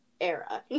era